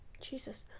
Jesus